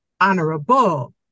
honorable